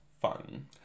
fun